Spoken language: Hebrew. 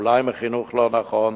אולי מחינוך לא נכון,